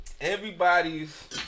everybody's